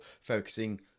focusing